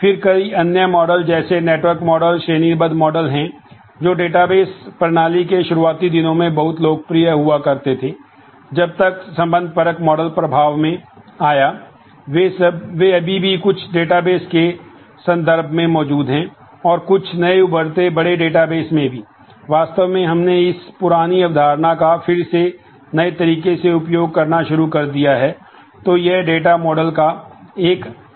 फिर कई अन्य मॉडल का एक समग्र सेट है